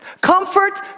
Comfort